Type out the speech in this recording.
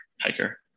hiker